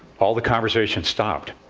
all the conversation stopped.